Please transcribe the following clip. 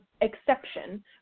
exception